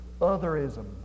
otherism